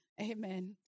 Amen